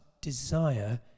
desire